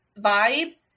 vibe